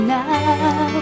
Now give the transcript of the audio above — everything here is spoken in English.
now